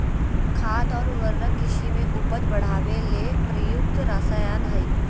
खाद और उर्वरक कृषि में उपज बढ़ावे ले प्रयुक्त रसायन हइ